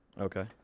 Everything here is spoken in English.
Okay